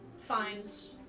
finds